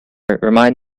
remind